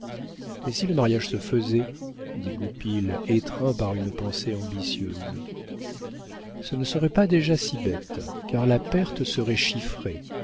mais si le mariage se faisait dit goupil étreint par une pensée ambitieuse ce ne serait pas déjà si bête car la perte serait